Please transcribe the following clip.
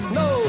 no